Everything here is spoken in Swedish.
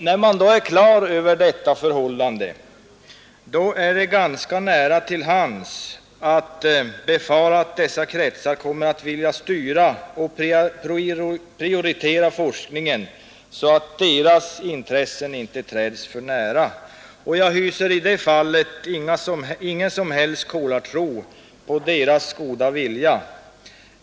När man är på det klara med detta förhållande ligger det ganska nära till hands att befara att dessa kretsar kommer att vilja styra och prioritera forskningen så, att deras intresse inte träds för nära. Jag hyser i det fallet ingen som helst kolartro på deras goda vilja.